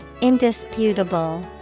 Indisputable